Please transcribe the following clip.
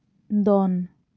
ᱫᱚᱱ